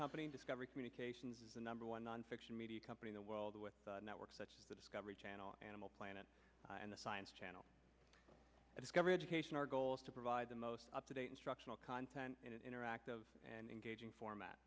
company discovery communications is the number one nonfiction media company in a world with networks such as the discovery channel animal planet and the science channel discovery education our goal is to provide the most up to date instructional content in an interactive and engaging format